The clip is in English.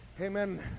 Amen